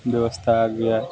व्यवस्था आ गया